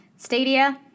Stadia